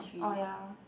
oh ya